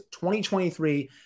2023